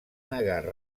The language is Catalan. negar